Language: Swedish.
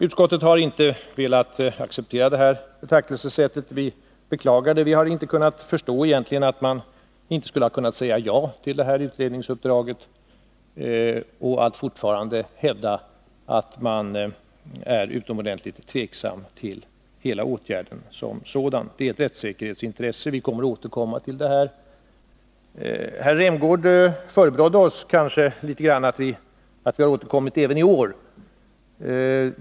Utskottet har inte velat acceptera detta betraktelsesätt. Vi beklagar det. Vi har inte kunnat förstå att man inte kunnat säga ja till detta utredningsuppdrag, utan alltfort hävdar att man är utomordentligt tveksam till hela åtgärden. Vi anser emellertid att det är ett rättssäkerhetsintresse, och vi ämnar återkomma. Herr Rämgård förebrådde oss nästan att vi återkommit även i år.